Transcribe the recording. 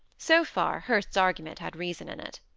so far, hurst's argument had reason in it.